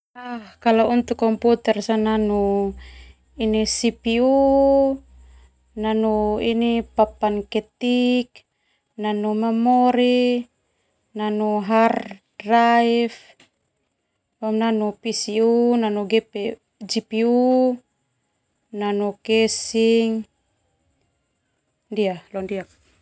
Kalau untuk komputer nanu CPU, nanu ini papan ketik, nanu memori, nanu hard drive, nanu PCU, GPU, nanu casing londiak.